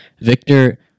Victor